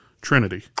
Trinity